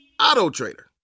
Auto-trader